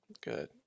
Good